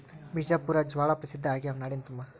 ಬಿಜಾಪುರ ಜ್ವಾಳಾ ಪ್ರಸಿದ್ಧ ಆಗ್ಯಾವ ನಾಡಿನ ತುಂಬಾ